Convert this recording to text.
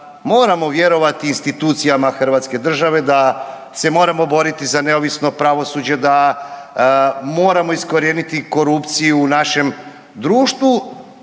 moramo vjerovati institucijama hrvatske države, da se moramo boriti za neovisno pravosuđe, da moramo iskorijeniti korupciju u našem društvu,